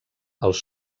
els